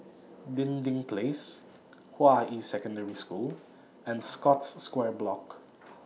Dinding Place Hua Yi Secondary School and Scotts Square Block